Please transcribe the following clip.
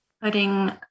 putting